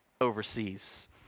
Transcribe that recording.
overseas